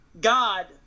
God